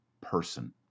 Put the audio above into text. person